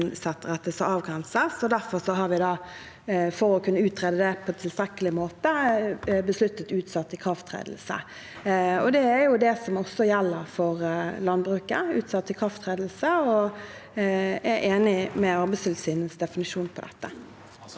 innrettes og avgrenses. Derfor har vi, for å kunne utrede det på tilstrekkelig måte, besluttet utsatt ikrafttredelse. Det er det som også gjelder for landbruket: utsatt ikrafttredelse. Jeg er enig med Arbeidstilsynets definisjon av dette.